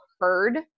heard